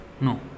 no